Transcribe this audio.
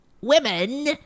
Women